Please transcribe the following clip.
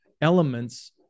elements